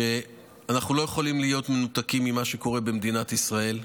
שאנחנו לא יכולים להיות מנותקים ממה שקורה במדינת ישראל.